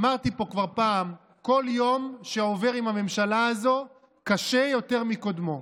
אמרתי פה כבר פעם: כל יום שעובר עם הממשלה הזו קשה יותר מקודמו.